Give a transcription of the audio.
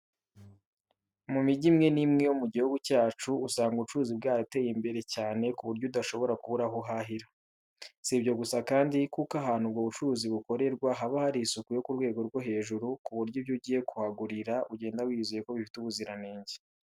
Mu mijyi imwe n'imwe yo mu gihugu cyacu usanga ubucuruzi bwarateye imbere cyane ku buryo udashobora kubura aho uhahira. Si ibyo gusa kandi kuko ahantu ubwo bucuruzi bukorerwa haba hari isuku yo ku rwego rwo hejuru ku buryo ibyo ugiye kuhagurira ugenda wizeye ko bifite ubuziranenge.